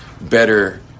better